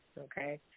okay